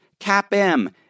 CAPM